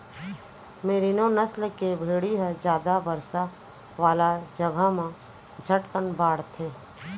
मेरिनों नसल के भेड़ी ह जादा बरसा वाला जघा म झटकन बाढ़थे